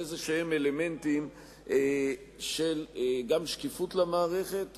גיסא בכל זאת מכניס אלמנטים כלשהם גם של שקיפות למערכת,